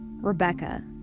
Rebecca